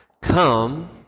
come